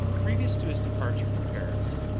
previous to his departure from paris,